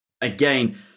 again